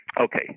Okay